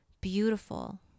beautiful